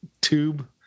tube